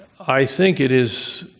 i think it is